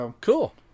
Cool